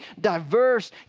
diverse